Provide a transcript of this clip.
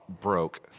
broke